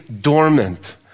dormant